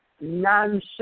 nonsense